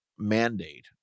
mandate